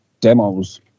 demos